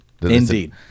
Indeed